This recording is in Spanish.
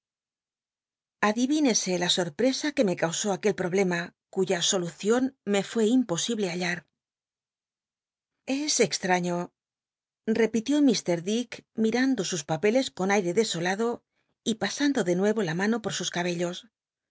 adidncsc la sorpi'csa que me causó aquel pi'oblema cuya sol ucion me fué imposible halla s cxtmíio repitió iir ick mirando sus papeles con aire desolado y pasando de nuevo la mano por sus cabellos